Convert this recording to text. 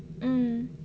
mm